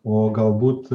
o galbūt